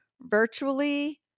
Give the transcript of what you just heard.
virtually